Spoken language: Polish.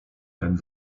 ten